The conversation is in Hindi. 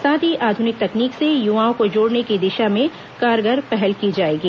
साथ ही आधुनिक तकनीक से युवाओं को जोड़ने की दिशा में कारगर पहल की जाएगी